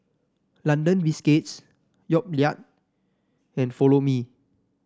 London Biscuits Yoplait and Follow Me